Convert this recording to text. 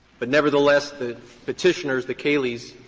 but nevertheless, the petitioners, the kaleys,